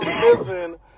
missing